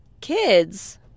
kids